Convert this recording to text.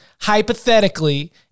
Hypothetically